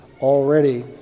already